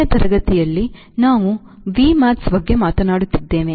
ಕೊನೆಯ ತರಗತಿಯಲ್ಲಿ ನಾವು Vmax ಬಗ್ಗೆ ಮಾತನಾಡುತ್ತಿದ್ದೇವೆ